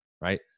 right